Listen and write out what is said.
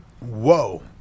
Whoa